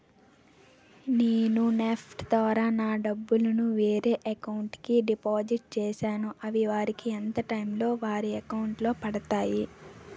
నేను నెఫ్ట్ ద్వారా నా డబ్బు ను వేరే వారి అకౌంట్ కు డిపాజిట్ చేశాను అవి వారికి ఎంత టైం లొ వారి అకౌంట్ లొ పడతాయి?